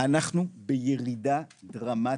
אנחנו בירידה דרמטית,